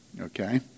Okay